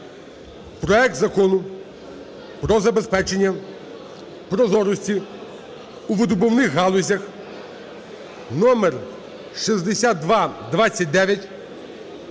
проект Закону про забезпечення прозорості у видобувних галузях (№ 6229)